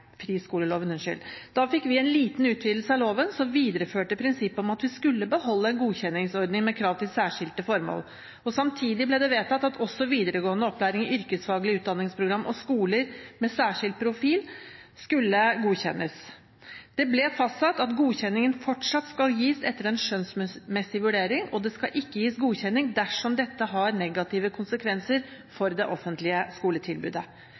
Da fikk vi en liten utvidelse av loven, som videreførte prinsippet om at vi skulle beholde en godkjenningsordning med krav til særskilte formål. Samtidig ble det vedtatt at også videregående opplæring i yrkesfaglige utdanningsprogrammer og skoler med særskilt profil skulle godkjennes. Det ble fastsatt at godkjenningen fortsatt skal gis etter en skjønnsmessig vurdering, og det skal ikke gis godkjenning dersom dette har negative konsekvenser for det offentlige skoletilbudet.